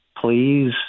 please